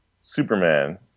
Superman